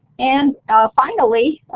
and finally,